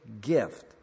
gift